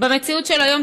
במציאות של היום,